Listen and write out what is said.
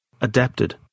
Adapted